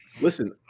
Listen